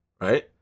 right